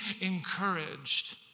encouraged